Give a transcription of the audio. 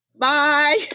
Bye